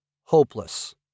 hopeless